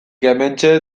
hementxe